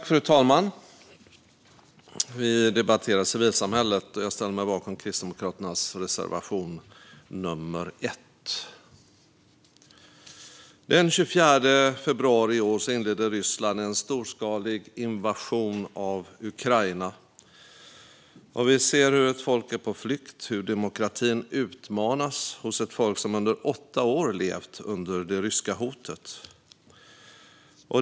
Fru talman! Vi debatterar civilsamhället. Jag yrkar bifall till Kristdemokraternas reservation nummer 1. Den 24 februari i år inledde Ryssland en storskalig invasion av Ukraina. Vi ser hur ett folk är på flykt och hur demokratin utmanas hos ett folk som under åtta år levt under det ryska hotet.